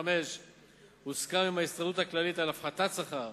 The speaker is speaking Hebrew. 2005 הוסכם עם ההסתדרות הכללית על הפחתת שכר,